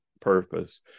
purpose